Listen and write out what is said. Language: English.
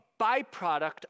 byproduct